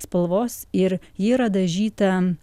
spalvos ir ji yra dažyta